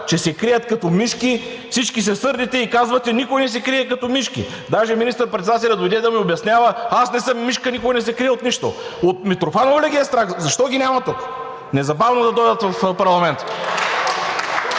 че се крият като мишки, всички се сърдите и казвате: никой не се крие като мишки. Даже министър-председателят дойде да ми обяснява: аз не съм мишка – никога не се крия от нищо. От Митрофанова ли ги е страх? Защо ги няма тук? Незабавно да дойдат в парламента!